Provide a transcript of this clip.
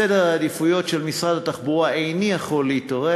בסדר העדיפויות של משרד התחבורה איני יכול להתערב.